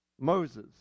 Moses